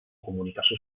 comunicació